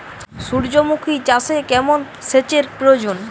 সূর্যমুখি চাষে কেমন সেচের প্রয়োজন?